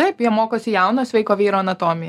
taip jie mokosi jauno sveiko vyro anatomiją